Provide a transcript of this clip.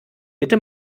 bitte